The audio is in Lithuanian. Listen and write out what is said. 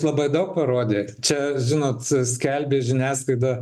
labai daug parodė čia žinot skelbė žiniasklaida